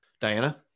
Diana